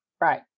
Right